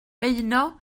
beuno